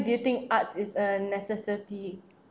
do you think arts is a necessity